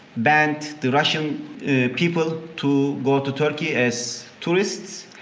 banned the russian people to go to turkey as tourists,